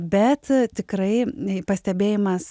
bet tikrai pastebėjimas